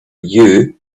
you